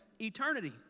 eternity